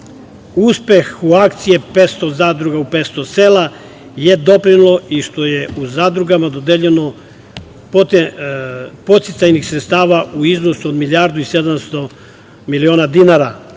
Uspeh akcije „500 zadruga u 500 sela“ je doprinelo i što je u zadrugama dodeljeno podsticajnih sredstava u iznosu od milijardu i 700 miliona dinara,